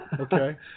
Okay